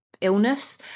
illness